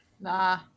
Nah